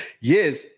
Yes